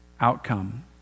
outcome